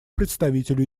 представителю